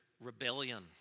rebellion